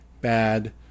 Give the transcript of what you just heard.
bad